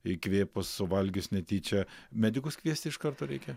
įkvėpus suvalgius netyčia medikus kviesti iš karto reikia